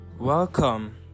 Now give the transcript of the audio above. welcome